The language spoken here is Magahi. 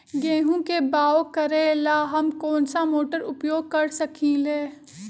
गेंहू के बाओ करेला हम कौन सा मोटर उपयोग कर सकींले?